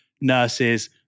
nurses